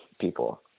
people